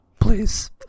please